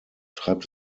treibt